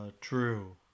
True